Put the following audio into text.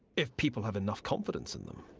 if people have enough confidence in them.